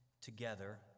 together